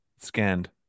Scanned